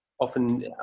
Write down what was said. often